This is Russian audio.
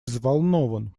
взволнован